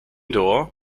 door